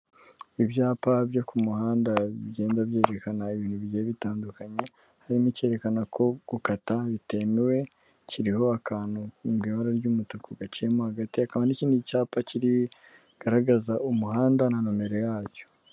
Ibyapa byo ku muhanda bigenda byerekana ibintu bigiye bitandukanye, harimo icyerekana ko gukata bitemewe kiriho akantu m'ibara ry'umutuku gaciyemo hagati hakaba n'ikindi cyapa kirikugaragaza umuhanda na nimero yacyo.